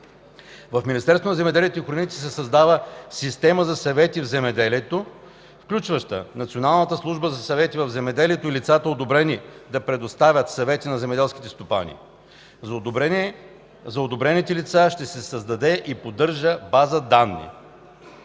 В Министерството на земеделието и храните се създава Система за съвети в земеделието, включваща Националната служба за съвети в земеделието и лицата, одобрени да предоставят съвети на земеделските стопани. За одобрените лица ще се създаде и поддържа база данни.